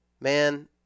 man